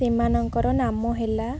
ସେମାନଙ୍କର ନାମ ହେଲା